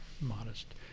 modest